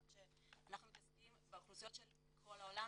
אנחנו מתעסקים באוכלוסיות מכל העולם,